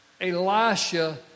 Elisha